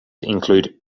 include